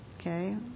okay